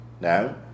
Now